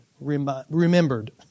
remembered